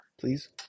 please